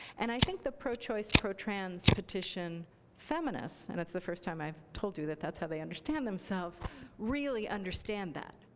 and i think the pro-choice, pro-trans petition feminists and it's the first time i've told you that that's how they understand themselves really understand that.